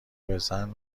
بزن